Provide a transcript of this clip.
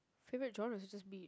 favourite genres would just be